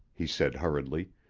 he said hurriedly,